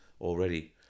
already